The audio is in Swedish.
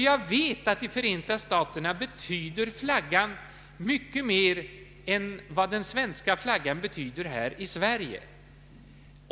Jag vet att i Förenta staterna betyder flaggan mycket mer än vad den svenska flaggan betyder här i Sverige.